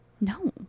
No